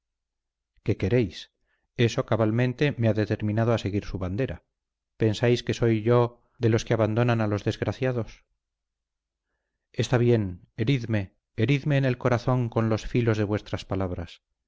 qué queréis eso cabalmente me ha determinado a seguir su bandera pensáis que soy yo de los que abandonan a los desgraciados está bien heridme heridme en el corazón con los filos de vuestras palabras